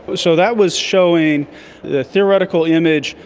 but so that was showing the theoretical image,